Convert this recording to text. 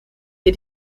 der